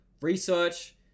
research